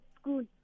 school